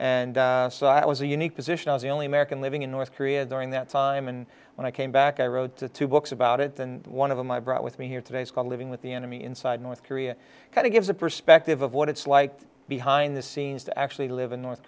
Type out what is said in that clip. and it was a unique position i was the only american living in north korea during that time and when i came back i wrote the two books about it and one of them i brought with me here today it's called living with the enemy inside north korea kind of gives a perspective of what it's like behind the scenes to actually live in north